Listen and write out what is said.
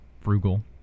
frugal